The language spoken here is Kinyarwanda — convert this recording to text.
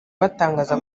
batangaza